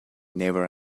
never